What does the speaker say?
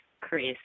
Chris